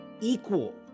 equal